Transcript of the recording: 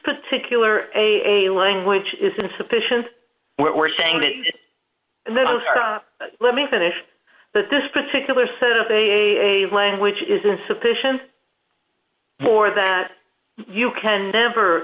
particular a language is insufficient we're saying that those are let me finish that this particular set of a language isn't sufficient for that you can never